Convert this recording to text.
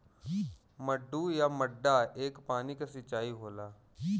मड्डू या मड्डा एक पानी क सिंचाई होला